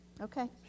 Okay